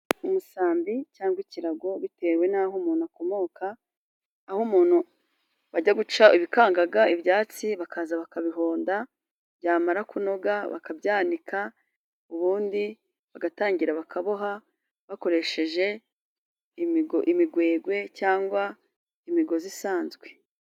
Umusambi cyangwa ikirago bitewe n'aho umuntu akomoka, aho umuntu bajya guca ibikangaga, ibyatsi, bakaza bakabihonda byamara kunoga bakabyanika, ubundi bagatangira bakaboha bakoresheje imigwegwe, cyangwa imigozi isanzwe.